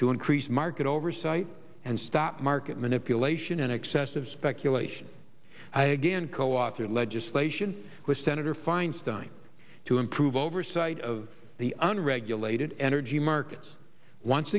to increase market oversight and stop market manipulation and excessive speculation i again coauthored legislation with senator feinstein to improve oversight of the unregulated energy markets once